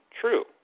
true